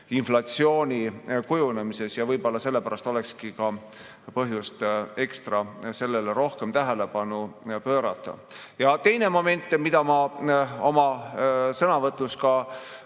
inflatsiooni kujunemises ja võib-olla sellepärast olekski põhjust ekstra sellele rohkem tähelepanu pöörata. Ja teine moment, mida ma oma sõnavõtus ka